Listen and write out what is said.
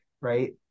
right